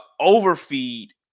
overfeed